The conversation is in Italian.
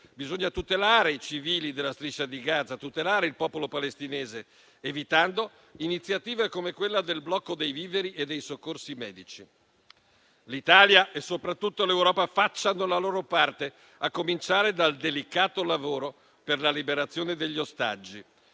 Bisogna tutelare i civili della striscia di Gaza e tutelare il popolo palestinese, evitando iniziative come quella del blocco dei viveri e dei soccorsi medici. L'Italia e soprattutto l'Europa facciano la loro parte, a cominciare dal delicato lavoro per la liberazione degli ostaggi.